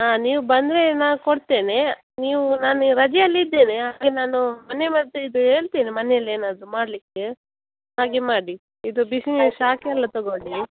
ಹಾಂ ನೀವು ಬಂದರೆ ನಾ ಕೊಡ್ತೇನೆ ನೀವು ನಾನು ರಜೆಯಲ್ಲಿ ಇದ್ದೇನೆ ಅದಕ್ಕೆ ನಾನು ಮನೆ ಮದ್ದು ಇದು ಹೇಳ್ತೆನೆ ಮನೇಲಿ ಏನಾದರು ಮಾಡಲಿಕ್ಕೆ ಹಾಗೆ ಮಾಡಿ ಇದು ಬಿಸಿನೀರು ಶಾಖ ಎಲ್ಲ ತಗೊಳ್ಳಿ